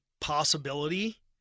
possibility